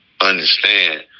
understand